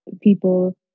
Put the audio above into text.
people